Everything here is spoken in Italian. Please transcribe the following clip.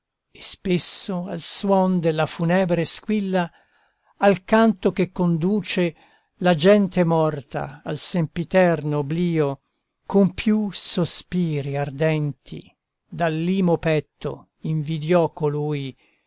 e spesso al suon della funebre squilla al canto che conduce la gente morta al sempiterno obblio con più sospiri ardenti dall'imo petto invidiò colui